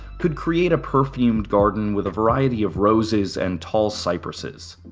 could create a perfumed garden with a variety of roses and tall cypresses.